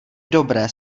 dobré